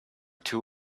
too